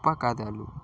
గొప్ప కథలు